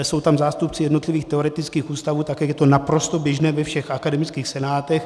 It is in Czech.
Jsou tam zástupci jednotlivých teoretických ústavů, tak jak je to naprosto běžné ve všech akademických senátech.